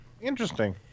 interesting